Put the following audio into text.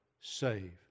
save